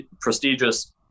prestigious